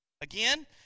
Again